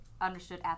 understood